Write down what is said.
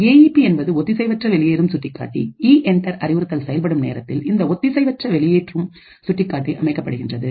ஏ E P என்பது ஒத்திசைவற்ற வெளியேறும் சுட்டிக்காட்டிஈ என்டர் அறிவுறுத்தல் செயல்படுத்தப்படும் நேரத்தில் இந்த ஒத்திசைவற்ற வெளியேறும் சுட்டிக்காட்டி அமைக்கப்படுகின்றது